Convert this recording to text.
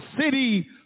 city